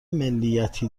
ملیتی